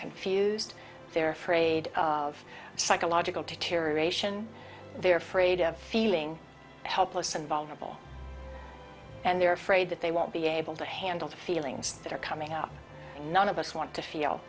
confused they're afraid of psychological to tear aeration they're afraid of feeling helpless and vulnerable and they're afraid that they won't be able to handle the feelings that are coming out and none of us want to feel